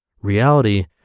Reality